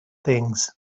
things